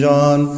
John